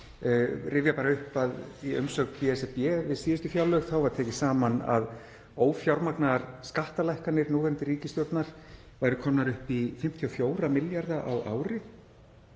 rifja upp að í umsögn BSRB við síðustu fjárlög var tekið saman að ófjármagnaðar skattalækkanir núverandi ríkisstjórnar væru komnar upp í 54 milljarða á ári.